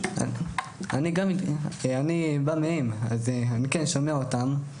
אני בא מהם, אז אני שומע אותם.